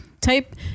type